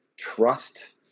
Trust